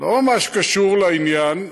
לא ממש קשור לעניין,